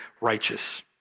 righteous